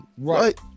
Right